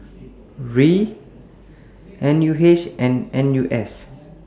R I N U H and N U S